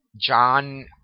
John